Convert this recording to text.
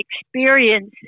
experience